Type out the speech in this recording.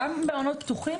גם מעונות פתוחים,